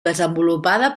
desenvolupada